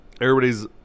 everybody's